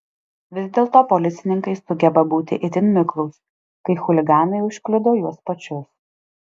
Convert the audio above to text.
vis dėlto policininkai sugeba būti itin miklūs kai chuliganai užkliudo juos pačius